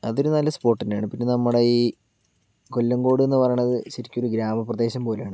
അതൊരു നല്ല സ്പോട്ട് തന്നെയാണ് പിന്നെ നമ്മുടെ ഈ കൊല്ലംകോട് എന്നു പറയണത് ശരിക്കും ഒരു ഗ്രാമപ്രദേശം പോലെയാണ്